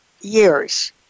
years